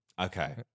Okay